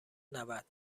نود